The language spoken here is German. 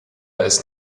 ist